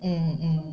mm mm